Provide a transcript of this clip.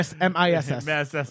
Miss